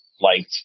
liked